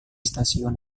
stasiun